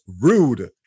rude